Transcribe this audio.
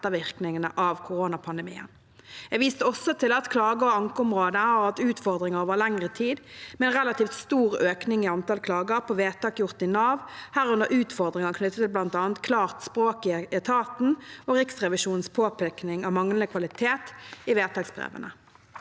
ettervirkningene av koronapandemien. Jeg viste også til at klage- og ankeområdet har hatt utfordringer over lengre tid, med relativt stor økning i antall klager på vedtak gjort i Nav, herunder utfordringer knyttet til bl.a. klart språk i etaten og Riksrevisjonens påpekning av manglende kvalitet i vedtaksbrevene.